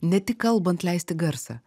ne tik kalbant leisti garsą